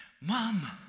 Mom